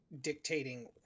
dictating